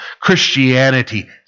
Christianity